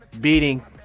beating